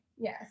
Yes